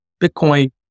Bitcoin